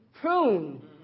prune